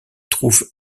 trouve